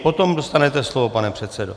Potom dostanete slovo, pane předsedo.